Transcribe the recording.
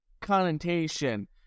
connotation